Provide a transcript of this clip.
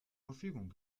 verfügung